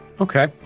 Okay